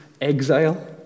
exile